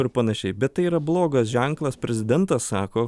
ir panašiai bet tai yra blogas ženklas prezidentas sako